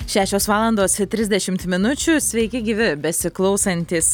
šešios valandos trisdešimt minučių sveiki gyvi besiklausantys